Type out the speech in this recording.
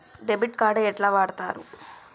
Debit card ఎట్లా వాడుతరు?